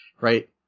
right